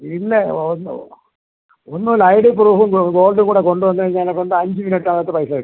പിന്നെ ഒന്ന് ഒന്നും ഇല്ല ഐ ഡി പ്രൂഫും ഗോൾഡും കൂടെ കൊണ്ട് വന്ന് കഴിഞ്ഞേനെ കൊണ്ട് അഞ്ച് മിനിറ്റകത്ത് പൈസ കിട്ടും